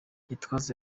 gitwaza